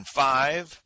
five